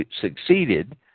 succeeded